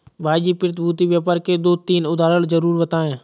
भाई जी प्रतिभूति व्यापार के दो तीन उदाहरण जरूर बताएं?